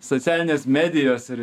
socialinės medijos ir